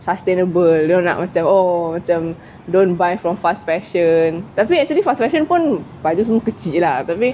sustainable dorang nak macam oh macam long don't buy from fast fashion tapi actually fast fashion pun baju semua kecil lah tapi